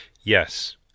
Yes